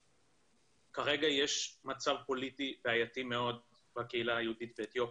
כרגע יש מצב פוליטי בעייתי מאוד בקהילה היהודית באתיופיה.